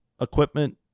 equipment